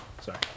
Sorry